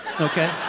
Okay